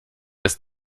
ist